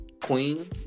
queen